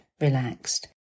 relaxed